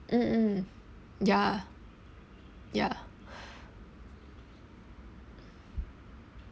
mm mm ya ya